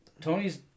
Tony's